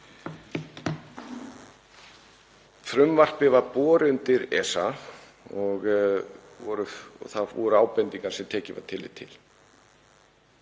Frumvarpið var borið undir ESA og það bárust ábendingar sem tekið var tillit til.